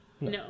no